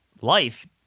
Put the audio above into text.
life